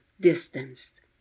distanced